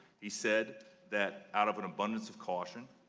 he said that out of an abundance of caution,